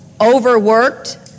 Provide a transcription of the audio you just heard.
overworked